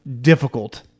difficult